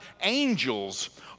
angels